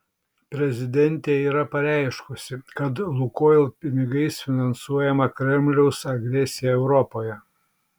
prezidentė yra pareiškusi kad lukoil pinigais finansuojama kremliaus agresija europoje